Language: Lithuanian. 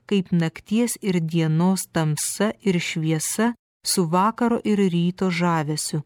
kaip nakties ir dienos tamsa ir šviesa su vakaro ir ryto žavesiu